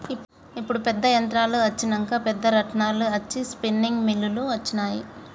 ఇప్పుడు పెద్ద యంత్రాలు అచ్చినంక పెద్ద రాట్నాలు అచ్చి స్పిన్నింగ్ మిల్లులు అచ్చినాయి